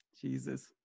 Jesus